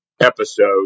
episode